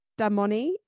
Damoni